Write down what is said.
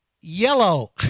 Yellow